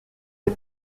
les